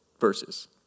verses